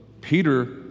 Peter